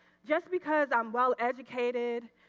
just because i'm well educated,